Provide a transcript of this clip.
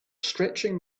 stretching